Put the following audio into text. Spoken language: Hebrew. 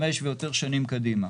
חמש ויותר שנים קדימה.